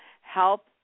help